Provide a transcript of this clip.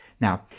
Now